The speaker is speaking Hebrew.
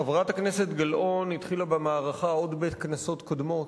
חברת הכנסת גלאון התחילה במערכה עוד בכנסות קודמות.